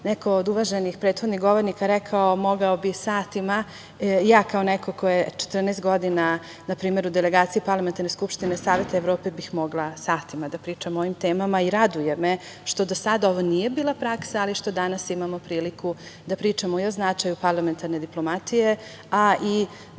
Neko od uvaženih prethodnih govornika je rekao – mogao bih satima. Ja kao neko ko je 14 godina npr. u delegaciji Parlamentarne skupštine Saveta Evrope bih mogla satima da pričamo o ovim temama i raduje me što do sada ovo nije bila praksa, ali što danas imamo priliku da pričamo i o značaju parlamentarne diplomatije, a i da